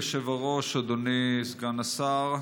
אדוני היושב-ראש, אדוני סגן השר,